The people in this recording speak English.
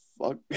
fuck